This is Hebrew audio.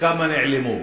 וכמה נעלמו.